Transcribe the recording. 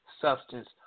substance